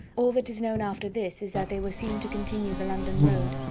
all that is known after this is, that they were seen to continue the london road.